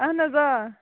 اَہَن حظ آ